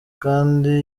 kandi